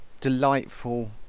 delightful